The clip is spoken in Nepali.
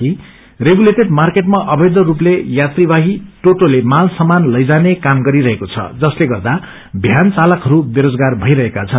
कि रेगुलेटेड मार्केटमा अवैध रूपले यात्रीवाहक टोटोले माल सामान लैजाने काम गरिरहेको छ जसले गर्दा भ्यान चालहकहरू वेरोजगार भइरहेका छन्